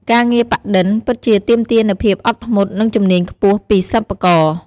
ការងារ ប៉ាក់-ឌិន ពិតជាទាមទារនូវភាពអត់ធ្មត់ និងជំនាញខ្ពស់ពីសិប្បករ។